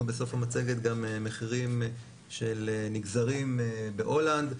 בסוף המצגת גם מחירים של נגזרים בהולנד,